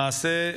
למעשה,